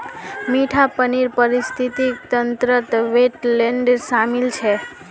मीठा पानीर पारिस्थितिक तंत्रत वेट्लैन्ड शामिल छ